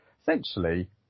essentially